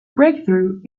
breakthrough